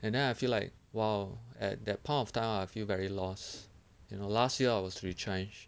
and then I feel like !wow! at that point of time I feel very lost you know last year I was retrenched